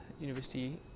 University